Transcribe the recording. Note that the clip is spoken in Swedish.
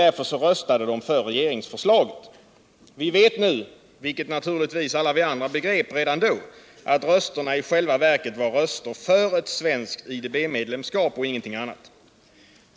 Därför röstade de för regeringsförslaget. Vi vet nu — vilket naturligtvis alla vi andra begrep redan då — att rösterna i själva verket var röster för ett svenskt IDB medlemskap och ingenting annat.